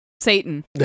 Satan